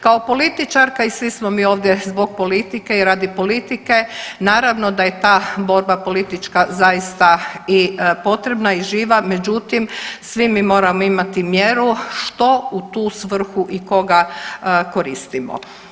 Kao političarka i svi smo mi ovdje zbog politike i radi politike, naravno da je ta borba politička zaista i potrebna i živa međutim, svi mi moramo imati mjeru što u tu svrhu i koga koristimo.